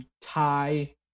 tie